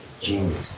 Genius